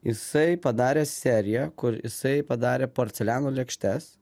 jisai padarė seriją kur jisai padarė porceliano lėkštes